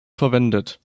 verwendet